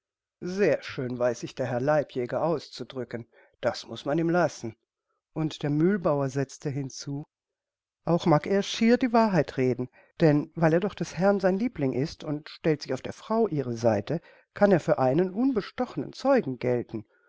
sehr schön weiß sich der herr leibjäger auszudrücken das muß man ihm lassen und der mühlbauer setzte hinzu auch mag er schier die wahrheit reden denn weil er doch des herrn sein liebling ist und stellt sich auf der frau ihre seite kann er für einen unbestochenen zeugen gelten